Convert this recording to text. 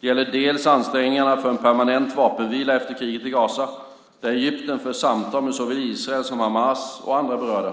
Det gäller ansträngningarna för en permanent vapenvila efter kriget i Gaza, där Egypten för samtal med såväl Israel som Hamas och andra berörda.